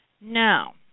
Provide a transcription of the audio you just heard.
Now